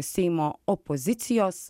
seimo opozicijos